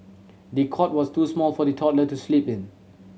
the cot was too small for the toddler to sleep in